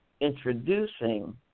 introducing